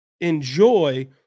enjoy